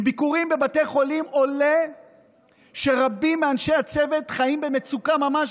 מביקורים בבתי חולים עולה שרבים מאנשי הצוות חיים במצוקה ממש,